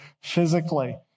physically